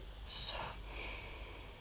so